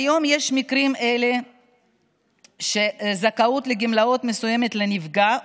כיום יש במקרים אלה זכאות לגמלאות מסוימות לנפגע,